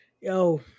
yo